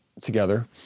together